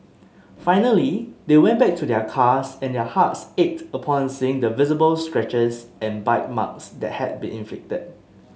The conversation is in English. finally they went back to their cars and their hearts ached upon seeing the visible scratches and bite marks that had been inflicted